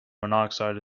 monoxide